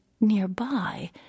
nearby